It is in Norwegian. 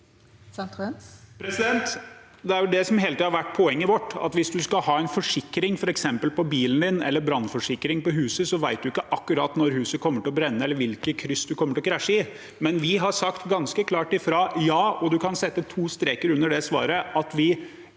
Det er det som hele tiden har vært poenget vårt, at hvis man skal ha en forsikring, f.eks. på bilen eller brannforsikring på huset, vet man ikke akkurat når huset kommer til å brenne, eller hvilket kryss man kommer til å krasje i. Vi har sagt ganske klart ifra – ja, og du kan sette to streker under det svaret – at vi